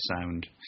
sound